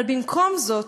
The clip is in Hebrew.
אבל במקום זאת,